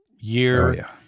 year